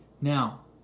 Now